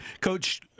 Coach